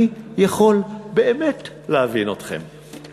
אני יכול באמת להבין אתכם.